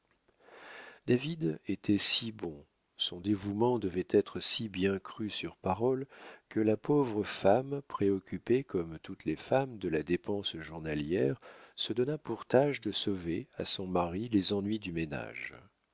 david était si bon son dévouement devait être si bien cru sur parole que la pauvre femme préoccupée comme toutes les femmes de la dépense journalière se donna pour tâche de sauver à son mari les ennuis du ménage